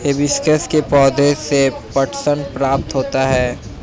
hibiscus के पौधे से पटसन प्राप्त होता है